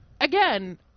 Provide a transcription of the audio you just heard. again